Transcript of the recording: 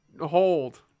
hold